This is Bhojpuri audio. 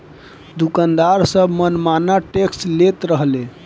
दुकानदार सब मन माना टैक्स लेत रहले